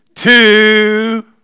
Two